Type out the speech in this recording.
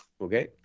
okay